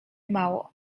mało